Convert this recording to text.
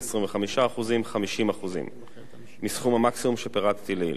25% ו-50% מסכום המקסימום שפירטתי לעיל,